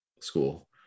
school